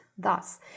Thus